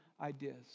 ideas